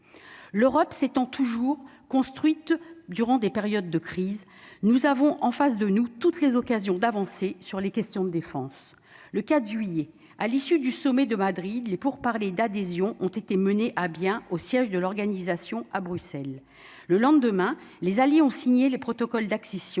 l'Europe s'étant toujours construite durant des périodes de crise, nous avons en face de nous, toutes les occasions d'avancer sur les questions de défense le quatre juillet à l'issue du sommet de Madrid, les pourparlers d'adhésion ont été menées à bien, au siège de l'organisation à Bruxelles, le lendemain, les alliés ont signé le protocole d'accession,